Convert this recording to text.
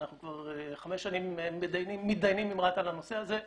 אנחנו כבר חמש שנים מתדיינים עם רת"א על הנושא הזה.